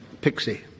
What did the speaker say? Pixie